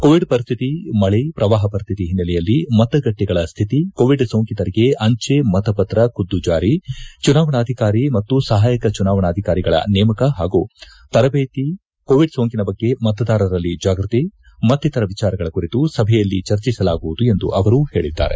Covid ಪರಿಸ್ಕಿತಿ ಮಳೆ ಪ್ರವಾಹ ಪರಿಸ್ಕಿತಿ ಹಿನ್ನೆಲೆಯಲ್ಲಿ ಮತಗಟ್ಟೆಗಳ ಸ್ಥಿತಿ ಕೋವಿಡ್ ಸೋಂಕಿತರಿಗೆ ಅಂಚೆ ಮತಪತ್ರ ಖುದ್ದು ಜಾರಿ ಚುನಾವಣಾಧಿಕಾರಿ ಮತ್ತು ಸಹಾಯಕ ಚುನಾವಣಾಧಿಕಾರಿಗಳ ನೇಮಕ ಹಾಗೂ ತರಬೇತಿ ಕೋವಿಡ್ ಸೋಂಕಿನ ಬಗ್ಗೆ ಮತದಾರರಲ್ಲಿ ಜಾಗೃತಿ ಮತ್ತಿತರ ವಿಚಾರಗಳ ಕುರಿತು ಸಭೆಯಲ್ಲಿ ಚರ್ಚಿಸಲಾಗುವುದು ಎಂದು ಅವರು ಹೇಳಿದ್ದಾರೆ